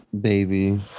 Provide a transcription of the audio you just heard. Baby